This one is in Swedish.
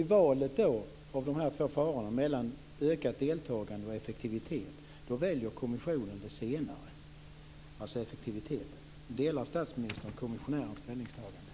I valet mellan de båda farorna - mellan ett ökat deltagande och effektiviteten - väljer kommissionen det senare, alltså effektiviteten. Delar statsministern kommissionärens ställningstagande?